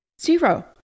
zero